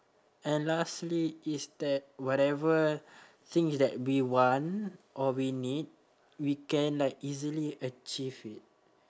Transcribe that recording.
and lastly is that whatever things that we want or we need we can like easily achieve it